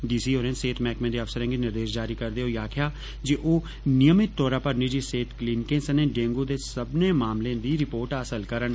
D C होरें सेहत मैहकमें दे अफसरें गी निर्देश जारी करदे होई आक्खेया जे ओ नियमित तौरा पर निजि सेहत क्लिनिकें सने ढेंगू दे सब्बने मामलें दी रिपोर्ट हासल करन